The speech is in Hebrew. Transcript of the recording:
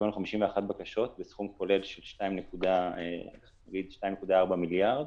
קיבלנו 51 בקשות בסכום כולל של 2.4 מיליארדי שקלים.